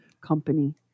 company